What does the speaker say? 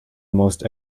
most